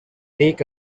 take